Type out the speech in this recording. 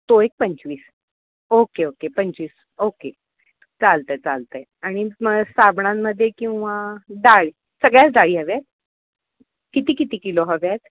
तो एक पंचवीस ओके ओके पंचवीस ओके चालतं आहे चालतं आहे आणि मग साबणांमध्ये किंवा डाळ सगळ्याच डाळी हव्या आहेत किती किती किलो हव्या आहेत